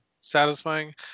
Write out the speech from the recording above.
satisfying